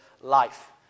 life